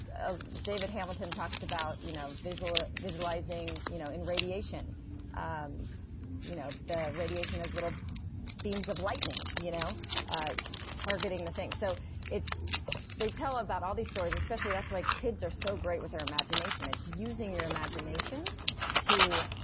ah david hamilton talks about you know visualizing visualizing you know in radiation um you know the radiation as little beams of lighting you know targeting the thing. so they tell about all these stories, especially that's why kids are so great with their imagination, it's using your imagination to